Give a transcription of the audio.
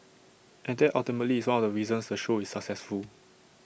and that ultimately is one of the reasons the show is successful